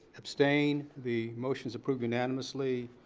abstained. the motion's approved unanimously.